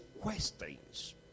questions